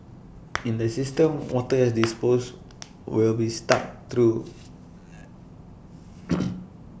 in the system water has disposed will be sucked through